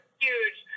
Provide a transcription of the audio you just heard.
huge